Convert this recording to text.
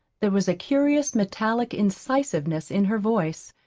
there was a curious metallic incisiveness in her voice,